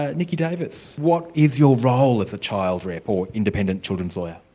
ah nicky davis, what is your role as a child rep, or independent children's lawyer?